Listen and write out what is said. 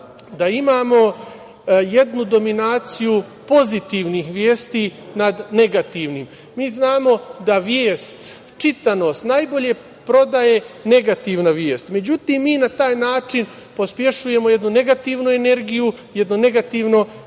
da imamo jednu dominaciju pozitivnih vesti nad negativni. Mi znamo da vest, čitanost najbolje prodaje negativna vest. Međutim mi na taj način pospešujemo jednu negativnu energiju, jedno negativno